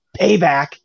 Payback